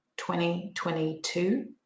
2022